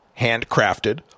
handcrafted